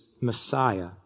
Messiah